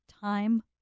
time